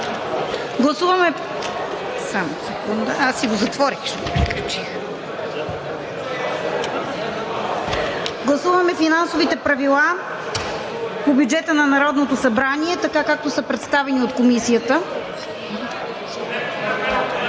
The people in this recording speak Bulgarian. Гласуваме Финансовите правила по бюджета на Народното събрание така, както са представени от Комисията.